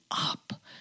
up